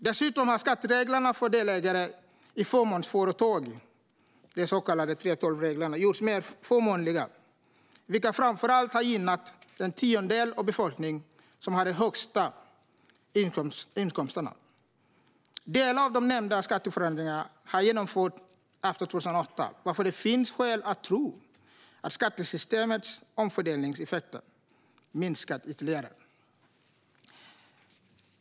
Dessutom har skattereglerna för delägare i fåmansföretag, de så kallade 3:12-reglerna, gjorts mer förmånliga, vilket framför allt har gynnat den tiondel av befolkningen som har de högsta inkomsterna. Delar av de nämnda skatteförändringarna har genomförts efter 2008, varför det finns skäl att tro att skattesystemets omfördelningseffekter minskat ytterligare.